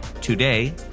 today